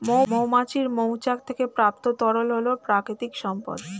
মৌমাছির মৌচাক থেকে প্রাপ্ত তরল হল প্রাকৃতিক সম্পদ